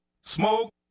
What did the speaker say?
Smoke